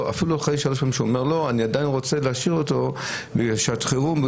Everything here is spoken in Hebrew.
אפילו שאומר לא שלוש פעמים אני רוצה להשאיר אותו לשעת חירום.